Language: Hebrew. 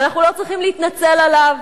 ואנחנו לא צריכים להתנצל עליו,